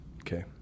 Okay